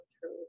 true